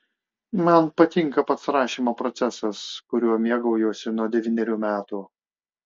man patinka pats rašymo procesas kuriuo mėgaujuosi nuo devynerių metų